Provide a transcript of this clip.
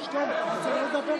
צריך להגיד.